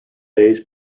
days